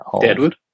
Deadwood